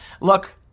Look